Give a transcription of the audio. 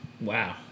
Wow